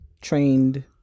trained